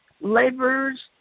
laborers